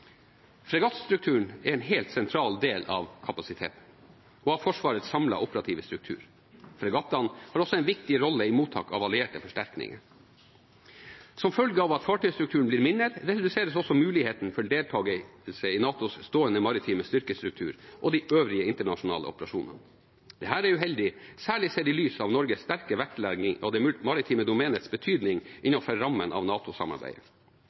er en helt sentral del av kapasiteten og av Forsvarets samlede operative struktur. Fregattene har også en viktig rolle i mottak av allierte forsterkninger. Som følge av at fartøystrukturen blir mindre, reduseres også muligheten for deltakelse i NATOs stående maritime styrkestruktur og de øvrige internasjonale operasjonene. Dette er uheldig, særlig sett i lys av Norges sterke vektlegging av det maritime domenets betydning innenfor rammen av